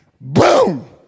Boom